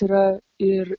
yra ir